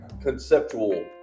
conceptual